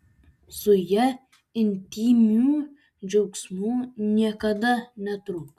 su ja intymių džiaugsmų niekada netruks